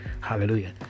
hallelujah